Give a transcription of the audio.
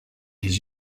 his